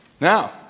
Now